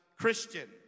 Christian